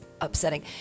upsetting